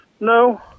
No